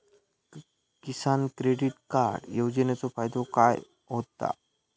किसान credit card योजनेचो फायदो काय होता?